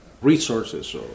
resources